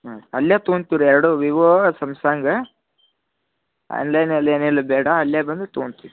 ಹ್ಞೂ ಅಲ್ಲೇ ತಗೊಳ್ತೀವಿ ರೀ ಎರಡು ವಿವೋ ಸಂಸಾಂಗ್ ಅಲ್ಲೆನಲ್ಲೇನಲ್ಲಿ ಬೇಡ ಅಲ್ಲೇ ಬಂದು ತೊಗೊಳ್ತೀವಿ